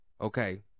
Okay